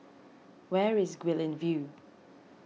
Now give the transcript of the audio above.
where is Guilin View